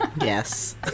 Yes